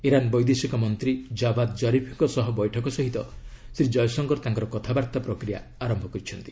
Iran ବୈଦେଶିକ ମନ୍ତ୍ରୀ Javad କରିଫ୍ଙ୍କ ସହ ବୈଠକ ସହିତ ଶ୍ରୀ ଜୟଶଙ୍କର ତାଙ୍କର କଥାବାର୍ତ୍ତା ପ୍ରକ୍ରିୟା ଆରମ୍ଭ କରିଛନ୍ତି